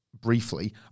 briefly